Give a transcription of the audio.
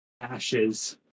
ashes